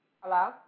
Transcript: Hello